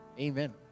amen